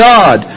God